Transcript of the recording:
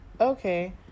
okay